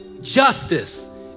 justice